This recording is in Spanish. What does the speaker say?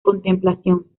contemplación